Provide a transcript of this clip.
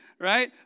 right